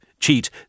cheat